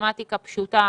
מתמטיקה פשוטה.